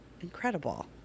incredible